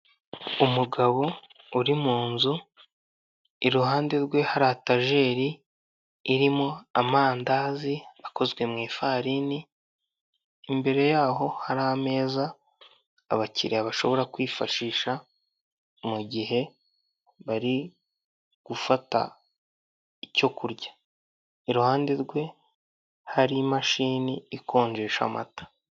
Umugabo uri mu nzu iruhande rwe hari etejeri irimo amandazi akozwe mi ifarini imbere yaho hari ameza abakiriya bashobora kwifashisha mu gihe bari gufata icyo kurya iruhande rwe hari imashini ikonjesha amata.